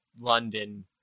London